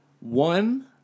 one